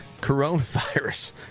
Coronavirus